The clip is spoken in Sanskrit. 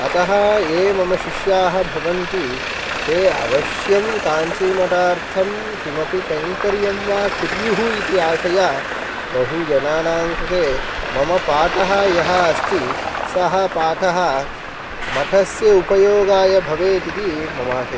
अतः ये मम शिष्याः भवन्ति ते अवश्यं काञ्चिीमठार्थं किमपि कैङ्कर्यं वा कुर्युः इति आशया बहुजनानां कृते मम पाठः यः अस्ति सः पाठः मठस्य उपयोगाय भवेत् इति मम आशयः